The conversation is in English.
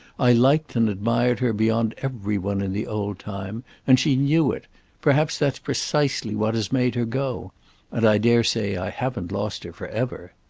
i liked and admired her beyond every one in the old time, and she knew it perhaps that's precisely what has made her go and i dare say i haven't lost her for ever.